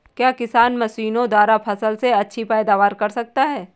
क्या किसान मशीनों द्वारा फसल में अच्छी पैदावार कर सकता है?